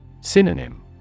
Synonym